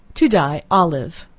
to dye olive.